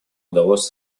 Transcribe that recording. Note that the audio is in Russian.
удалось